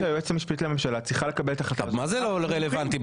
מה זה לא רלוונטי?